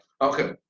Okay